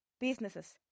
businesses